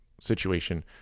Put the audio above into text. situation